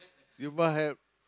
you must help